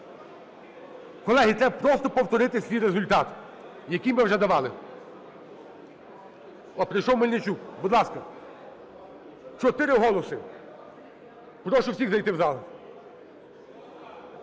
Колеги, треба просто повторити свій результат, який ми вже давали. Прийшов Мельничук. Будь ласка, 4 голоси. Прошу всіх зайти в зал.